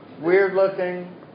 weird-looking